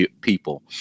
people